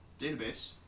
database